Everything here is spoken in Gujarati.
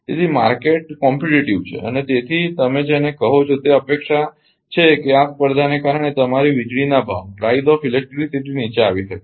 તેથી બજાર પ્રતિસ્પર્ધાત્મકછે અને તેથી તમે જેને કહો છો તે અપેક્ષા છે કે આ સ્પર્ધાને કારણે તમારી વીજળીના ભાવ નીચે આવી શકે છે